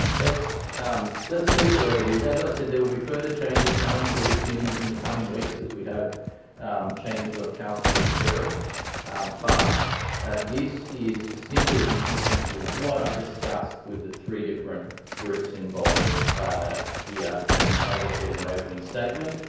let's um let's leave it where it is. as i said, there will be further changes coming through to committees in the coming weeks as we have changes of councillors occurring, but this is simply consistent with what i discussed with the three different groups involved here. and as i said in my opening statement,